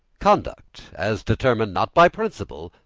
conduct, as determined, not by principle,